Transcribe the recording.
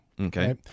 Okay